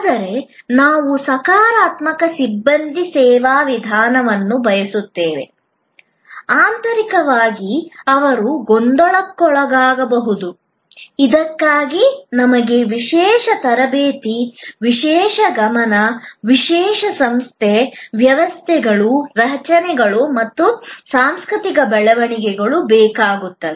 ಆದರೆ ನಾವು ಸಕಾರಾತ್ಮಕ ಸಿಬ್ಬಂದಿ ಸೇವಾ ವಿಧಾನವನ್ನು ಬಯಸುತ್ತೇವೆ ಆಂತರಿಕವಾಗಿ ಅವರು ಗೊಂದಲಕ್ಕೊಳಗಾಗಬಹುದು ಇದಕ್ಕಾಗಿ ನಮಗೆ ವಿಶೇಷ ತರಬೇತಿಗಳು ವಿಶೇಷ ಗಮನಗಳು ವಿಶೇಷ ಸಂಸ್ಥೆ ವ್ಯವಸ್ಥೆಗಳು ರಚನೆಗಳು ಮತ್ತು ಸಾಂಸ್ಕೃತಿಕ ಬೆಳವಣಿಗೆಗಳು ಬೇಕಾಗುತ್ತವೆ